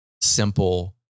simple